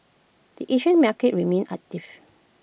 the Asian market remained active